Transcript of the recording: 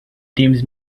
deems